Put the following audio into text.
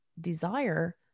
desire